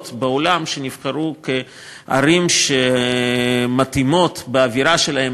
בעולם שנבחרו כערים שמתאימות באווירה שלהן,